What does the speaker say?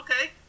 Okay